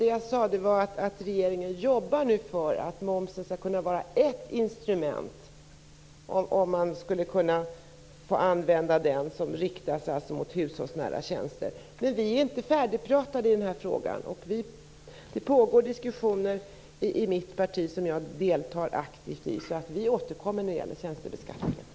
Vad jag sade var att regeringen nu jobbar för att momsen, om man får använda den, skall kunna vara ett instrument som riktas mot hushållsnära tjänster. Men vi är inte färdigpratade i frågan, och diskussioner pågår i mitt parti som jag deltar aktivt i. Vi återkommer alltså när det gäller tjänstebeskattningen.